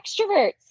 extroverts